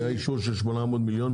היה אישור של 800 מיליון,